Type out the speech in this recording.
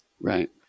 right